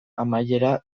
amaieran